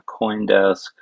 Coindesk